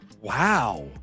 wow